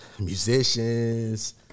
musicians